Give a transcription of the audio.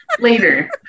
Later